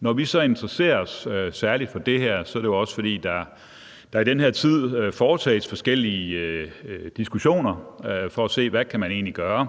Når vi så interesserer os særligt for det her, er det også, fordi der i den her tid føres forskellige diskussioner for at se, hvad man egentlig kan gøre;